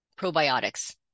Probiotics